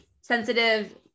sensitive